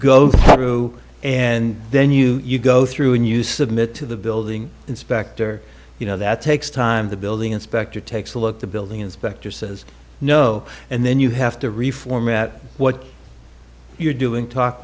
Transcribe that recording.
go through and then you go through and you submit to the building inspector you know that takes time the building inspector takes a look the building inspector says no and then you have to reformat what you're doing talk